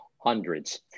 Hundreds